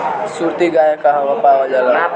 सुरती गाय कहवा पावल जाला?